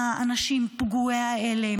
האנשים פגועי ההלם,